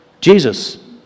Jesus